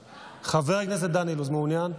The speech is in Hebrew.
מעוניין?